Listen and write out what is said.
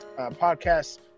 podcast